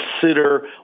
consider